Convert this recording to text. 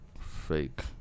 fake